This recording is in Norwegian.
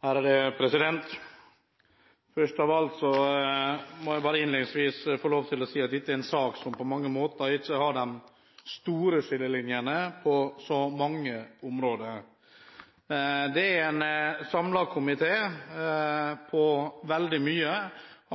anses vedtatt. Først av alt må jeg innledningsvis få lov til å si at dette er en sak der det på mange måter ikke er de store skillelinjene på så mange områder. Komiteen står samlet om veldig mye